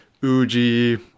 Uji